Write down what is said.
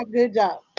ah good job!